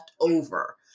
over